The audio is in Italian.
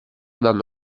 danno